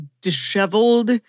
disheveled